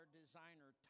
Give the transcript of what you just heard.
designer